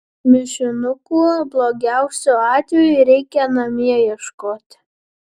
mišinukų blogiausiu atveju reikia namie ieškoti